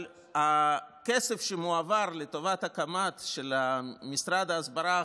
אבל הכסף שמועבר לטובת הקמת משרד ההסברה החדש,